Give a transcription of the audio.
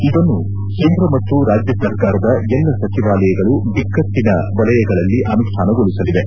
ಇದನ್ನು ಕೇಂದ್ರ ಮತ್ತು ರಾಜ್ಯ ಸರ್ಕಾರದ ಎಲ್ಲ ಸಚಿವಾಲಯಗಳು ಬಿಕ್ಕಟ್ಟಿನ ವಲಯಗಳಲ್ಲಿ ಅನುಷ್ಠಾನಗೊಳಿಸಲಿವೆ